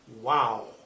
Wow